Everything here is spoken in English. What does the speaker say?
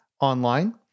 online